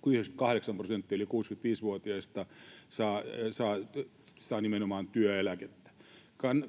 98 prosenttia yli 65-vuotiaista saa nimenomaan työeläkettä.